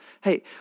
Hey